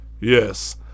Yes